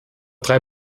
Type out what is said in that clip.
drei